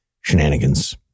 shenanigans